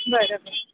बरं बर